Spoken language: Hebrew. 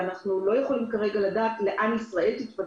וכרגע אנחנו לא יכולים לדעת לאיזה כיוון מהכיוונים השונים ישראל תתפתח.